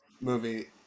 movie